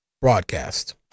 broadcast